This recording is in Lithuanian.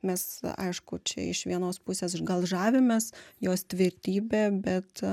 mes aišku čia iš vienos pusės gal žavimės jos tvirtybe bet